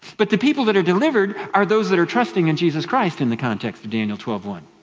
but the people that are delivered are those that are trusting in jesus christ in the context of daniel twelve one.